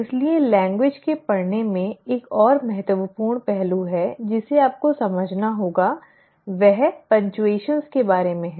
इसलिए भाषा के पढ़ने में एक और महत्वपूर्ण पहलू है जिसे आपको समझना होगा कि वह विराम चिह्नों के बारे में है